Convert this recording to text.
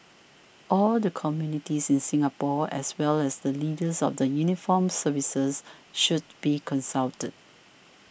all the communities in Singapore as well as the leaders of the uniformed services should be consulted